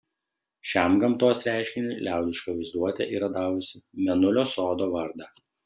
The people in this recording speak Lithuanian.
šiam gamtos reiškiniui liaudiška vaizduotė yra davusi mėnulio sodo vardą